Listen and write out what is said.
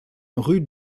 rue